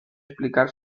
explicar